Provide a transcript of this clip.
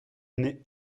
n’est